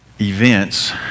events